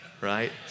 right